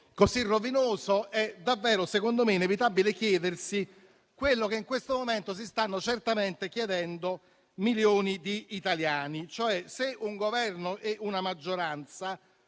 così rovinoso è davvero inevitabile domandarsi quello che in questo momento si stanno certamente chiedendo milioni di italiani: se un Governo e una maggioranza